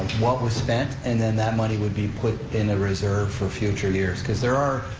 what was spent and then that money would be put in a reserve for future years, cause there are,